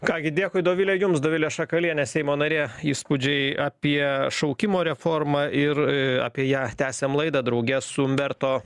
ką gi dėkui dovile jums dovilė šakalienė seimo narė įspūdžiai apie šaukimo reformą ir apie ją tęsiam laidą drauge su umberto